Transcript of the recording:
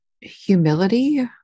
humility